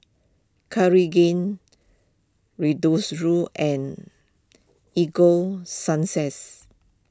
Cartigain Redoxon and Ego Sunsense